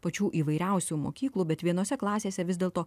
pačių įvairiausių mokyklų bet vienose klasėse vis dėl to